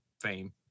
fame